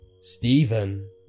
Stephen